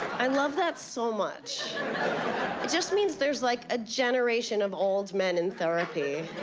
i love that so much. it just means there's, like, a generation of old men in therapy.